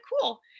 cool